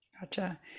Gotcha